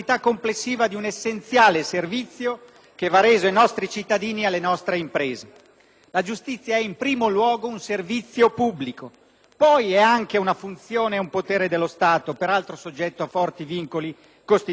La giustizia è, in primo luogo, un servizio pubblico. Poi è anche una funzione e un potere dello Stato, peraltro soggetto a forti vincoli costituzionali. Spesso le abnormi tensioni che si sono create tra la politica e la giustizia,